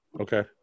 Okay